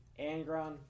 Angron